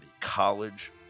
college